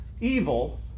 evil